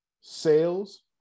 sales